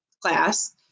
class